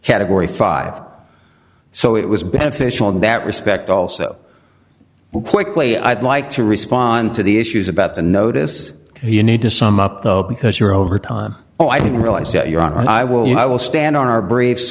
category five so it was beneficial in that respect also well quickly i'd like to respond to the issues about the notice you need to sum up though because you're over time oh i didn't realize that you're on i will i will stand on our br